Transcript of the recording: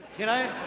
you know?